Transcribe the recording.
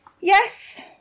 yes